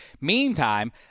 Meantime